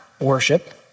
worship